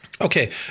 Okay